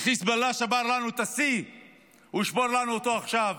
חיזבאללה שבר לנו את השיא והוא ישבור לנו אותו עכשיו,